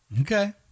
okay